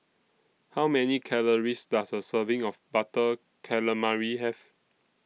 How Many Calories Does A Serving of Butter Calamari Have